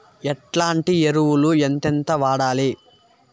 ఎట్లాంటి ఎరువులు ఎంతెంత వాడాలి?